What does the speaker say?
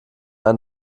ein